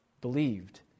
believed